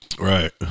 Right